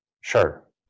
Sure